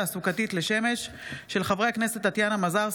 בהצעתם של חברי הכנסת טטיאנה מזרסקי,